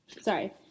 sorry